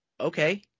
Okay